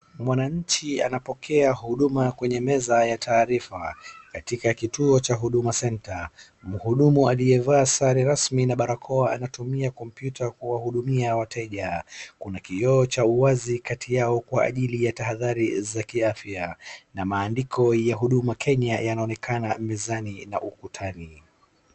Mwanchi anapokea huduma kwenye meza ya taarifa katika kituo cha Huduma Center. Mhudumu aliyevaa sare rasmi na barakoa anatumia kompyuta kuwahudumia wateja. Kuna kioo cha uwazi kati yao kwa ajili ya tahadhari za kiafya na maandiko ya Huduma Kenya yanaonekana mezani na ukutani.